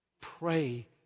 pray